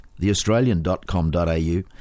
theaustralian.com.au